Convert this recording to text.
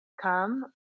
come